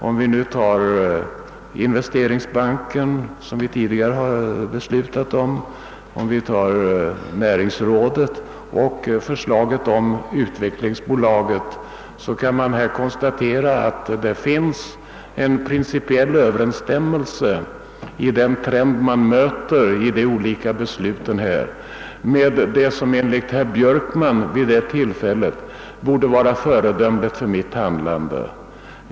Om man tänker på investeringsbanken, som vi tidigare har beslutat om, på näringsrådet och på förslaget om ett utvecklingsbolag, kan man konstatera att det finns en principiell överensstämmelse i den trend man möter i de olika besluten med vad som enligt herr Björkman borde vara föredömligt för mitt handlande.